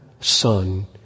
Son